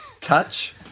Touch